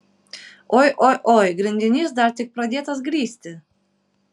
oi oi oi grindinys dar tik pradėtas grįsti